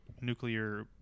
nuclear